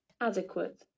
adequate